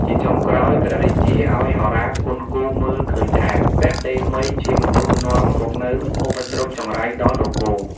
ជាចុងក្រោយ ព្រះរាជាឲ្យហោរាគន់គូរមើលឃើញថា ព្រះតេមិយជាមនុស្សនាំមកនូវឧបទ្រពចង្រៃដល់នគរ។